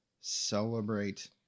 celebrate